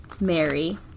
Mary